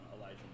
Elijah